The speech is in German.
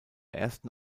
ersten